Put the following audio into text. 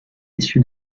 issu